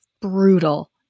brutal